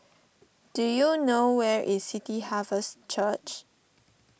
do you know where is City Harvest Church